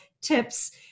tips